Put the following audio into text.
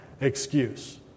excuse